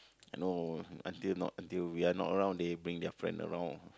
you know until not we are not around they bring their friend around